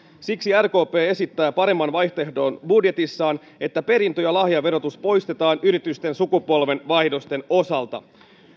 siksi rkp esittää budjetissaan paremman vaihtoehdon sen että perintö ja lahjaverotus poistetaan yritysten sukupolvenvaihdosten osalta